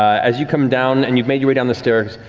as you come down and you've made your way down the stairs,